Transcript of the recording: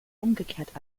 umgekehrt